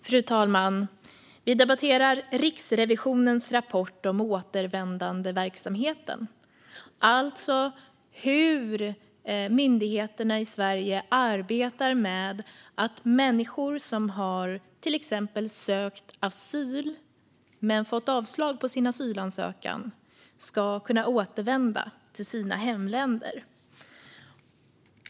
Fru talman! Vi debatterar Riksrevisionens rapport om återvändandeverksamheten, det vill säga hur myndigheterna i Sverige arbetar med att människor som till exempel har sökt asyl men fått avslag på sin asylansökan ska kunna återvända till sina hemländer.